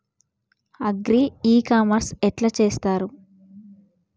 Agri e commerce ఎట్ల చేస్తరు?